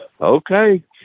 okay